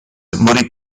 morì